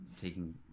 taking